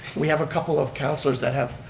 we have a couple of councilors that have,